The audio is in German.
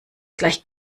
gleich